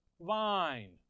vine